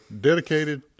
dedicated